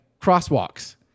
crosswalks